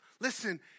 listen